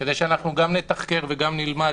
כדי שגם נתחקר וגם נלמד.